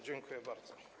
Dziękuję bardzo.